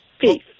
Peace